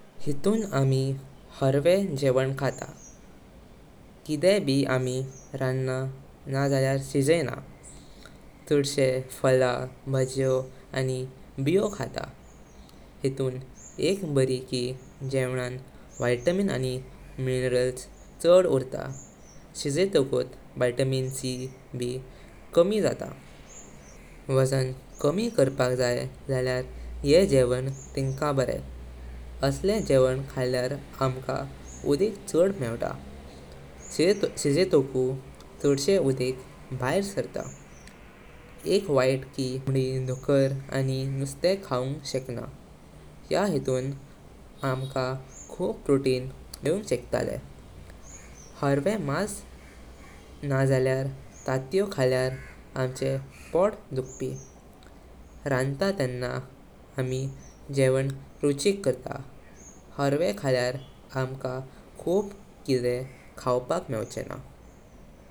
हितून आमी हर्वे गेवन खातां, किदेयीं भें आमी रान्ना नाजाळ्यर शिजायना। चडशे फलां, भाजियो आनी बियो खातां। हितून एक बारि की या गेवनं विटामिन आनी मिनरल्स चड उरतां, शिजायताके विटामिन सी भी कमी जातां। वजन कमी कर्पक जाय जाळ्यार येह गेवन तिंका बरे। असले गेवनं खालयार आमका उडिक चड मेवतां, शिजेताके चडशे उडिक भैर सर्तां। एक वाय्त की आमी कोंबडी, दुकर आनी नुस्ते खावा शेकना, या हितून आमका खूप प्रोटीन मेवुंग शेकतलें। हर्वे मास नाजाळ्यार तातीयो खालयार आमचें पोट दुखपी। रांता तेनां आमी गेवनं रुचिक करतां, हर्वे खालयार आमका खूप किदे खावपाक मेवचेना।